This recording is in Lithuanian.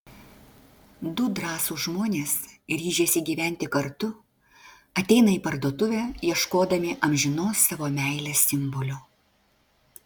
du drąsūs žmonės ryžęsi gyventi kartu ateina į parduotuvę ieškodami amžinos savo meilės simbolio